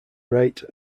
rate